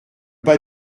pas